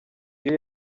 iyo